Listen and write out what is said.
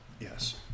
Yes